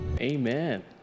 Amen